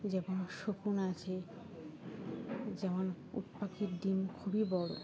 যেমন শকুন আছে যেমন উট পাখির ডিম খুবই বড়ো